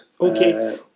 Okay